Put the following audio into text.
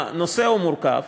הנושא הוא מורכב.